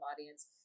audience